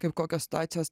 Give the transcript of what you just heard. kaip kokios situacijos